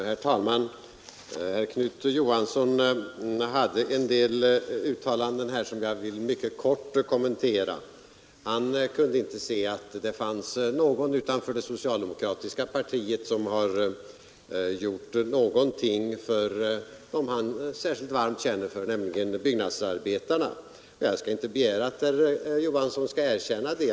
Herr talman! Herr Knut Johansson i Stockholm gjorde en del uttalanden som jag mycket kort vill kommentera. Herr Johansson kunde inte se att det fanns någon utanför det socialdemokratiska partiet som hade gjort någonting för dem som han känner särskilt varmt för, nämligen byggnadsarbetarna. Jag skall inte begära att herr Johansson skall erkänna det.